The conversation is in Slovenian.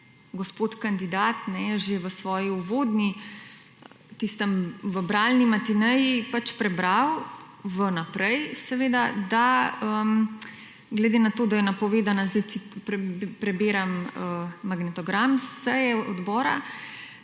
gospod kandidat že v svoji uvodni, v bralni matineji pač prebral vnaprej seveda da glede na to, da je napovedana, sedaj prebiram magnetogram seje odbora,